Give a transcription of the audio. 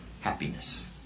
happiness